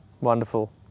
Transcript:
Wonderful